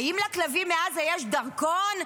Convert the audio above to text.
האם לכלבים מעזה יש דרכון?